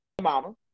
Mama